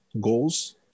goals